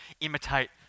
imitate